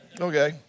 Okay